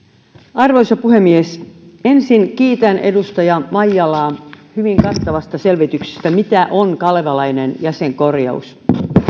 arvoisa puhemies ensin kiitän edustaja maijalaa hyvin kattavasta selvityksestä siitä mitä on kalevalainen jäsenkorjaus